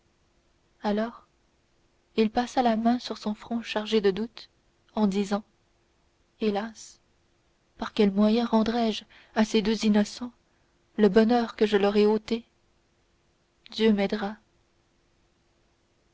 alors il passa la main sur son front chargé de doute en disant hélas par quel moyen rendrai je à ces deux innocents le bonheur que je leur ai ôté dieu m'aidera